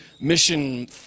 Mission